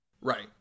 Right